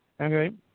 Okay